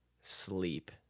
sleep